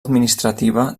administrativa